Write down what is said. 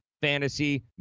Fantasy